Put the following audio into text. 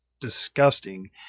disgusting